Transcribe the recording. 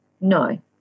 No